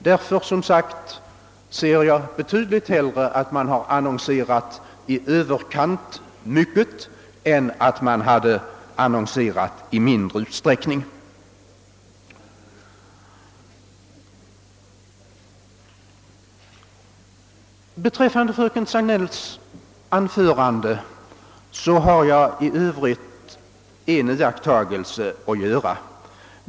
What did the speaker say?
Därför ser jag, som sagt, betydligt hellre att man har annonserat i överkant än att det skulle ha annonserats i mindre utsträckning. Ytterligare en reflexion gjorde jag under fröken Sandells anförande.